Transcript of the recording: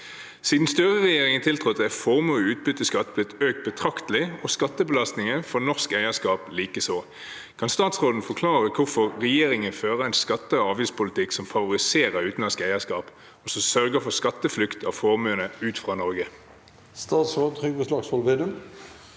Siden Støre-regjeringen tiltrådte, er formue og utbytteskatt blitt økt betraktelig, og skattebelastningen for norsk eierskap likeså. Kan statsråden forklare hvorfor regjeringen fører en skatte- og avgiftspolitikk som favoriserer utenlandsk eierskap, og som sørger for skatteflukt av formuende ut fra Norge?»